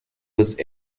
was